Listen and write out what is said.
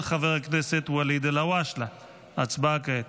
אושרה בקריאה הטרומית ותעבור לוועדת הבריאות